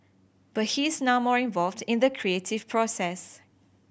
but he's now more involved in the creative process